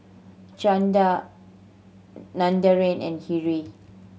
Chanda Narendra and Hri